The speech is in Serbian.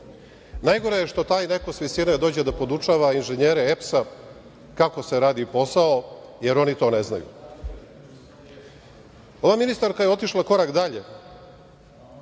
Najgore je što taj neko sa visine dođe da podučava inženjere EPS-a kako se radi posao, jer oni to ne znaju. Ova ministarka je otišla korak dalje,